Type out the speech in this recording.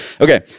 Okay